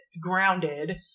grounded